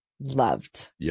loved